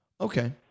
Okay